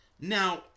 Now